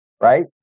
Right